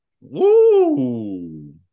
Woo